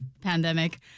pandemic